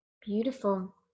Beautiful